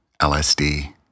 LSD